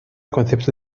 concepto